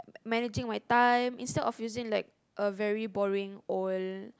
managing my time instead of using like a very boring old